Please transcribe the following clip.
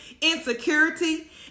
insecurity